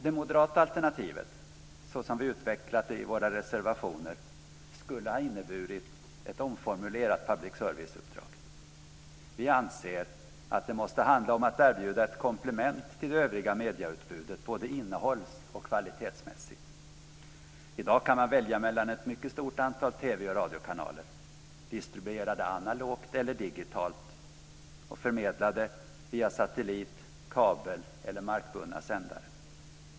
Det moderata alternativet, såsom vi utvecklat det i våra reservationer, skulle ha inneburit ett omformulerat public service-uppdrag. Vi anser att det måste handla om att erbjuda ett komplement till det övriga medieutbudet, både innehålls och kvalitetsmässigt. I dag kan man välja mellan ett mycket stort antal TV och radiokanaler, distribuerade analogt eller digitalt och förmedlade via satellit, kabel eller markbundna sändare.